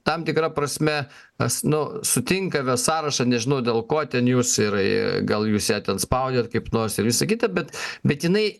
tam tikra prasme tas nu sutinka vest sąrašą nežinau dėl ko ten jūs ir gal jūs ją ten spaudėt kaip nors ir visa kita bet bet jinai